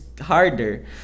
harder